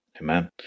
amen